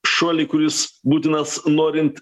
šuolį kuris būtinas norint